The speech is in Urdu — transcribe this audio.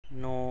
نو